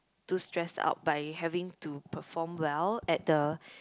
too stressed out by having to perform well at the